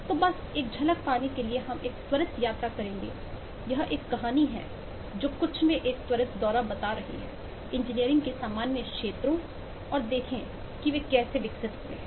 तो बस एक झलक पाने के लिए हम एक त्वरित यात्रा करेंगे यह एक कहानी है जो कुछ में एक त्वरित दौरा बता रही है इंजीनियरिंग के सामान्य क्षेत्रों और देखें कि वे कैसे विकसित हुए हैं